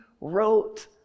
wrote